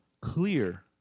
clear